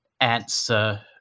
answer